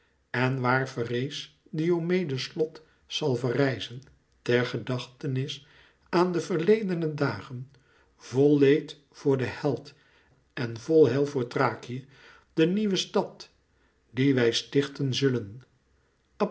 en waar verrees diomedes slot zal verrijzen ter gedachtenis aan de verledene dagen vol leed voor den held en vol heil voor thrakië de nieuwe stad die wij stichten zullen